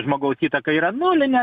žmogaus įtaka yra nulinė